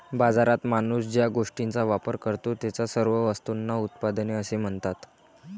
बाजारात माणूस ज्या गोष्टींचा वापर करतो, त्या सर्व वस्तूंना उत्पादने असे म्हणतात